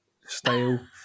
style